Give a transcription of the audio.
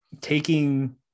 taking